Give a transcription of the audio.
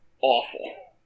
awful